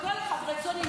רצוני,